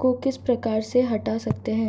को किस प्रकार से हटा सकते हैं?